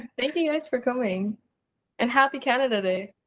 thank you guys for coming and happy canada day!